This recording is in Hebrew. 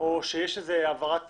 או שיש איזו העברת